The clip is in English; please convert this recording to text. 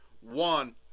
one